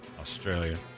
Australia